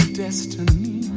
destiny